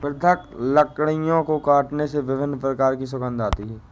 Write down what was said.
पृथक लकड़ियों को काटने से विभिन्न प्रकार की सुगंध आती है